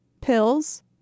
pills